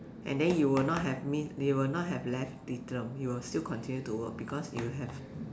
and then you will not have miss you will not have left Diethelm you will still continue to work because you have